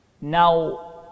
Now